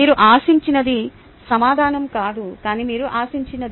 మీరు ఆశించినది సమాధానం కాదు కానీ మీరు ఆశించినది